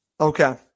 Okay